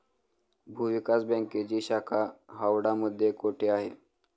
भूविकास बँकेची शाखा हावडा मध्ये कोठे आहे?